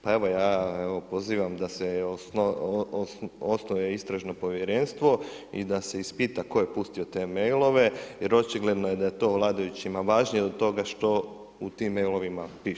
Pa evo, ja pozivam da se osnuje istražno povjerenstvo i da se ispita tko je pustio te mail-ove jer očigledno je da je to vladajućima važnije od toga što u tim mail-ovima piše.